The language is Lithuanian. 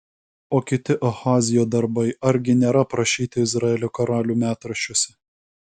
o kiti ahazijo darbai argi nėra aprašyti izraelio karalių metraščiuose